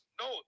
No